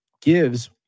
gives